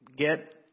get